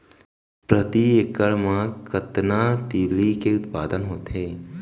प्रति एकड़ मा कतना तिलि के उत्पादन होथे?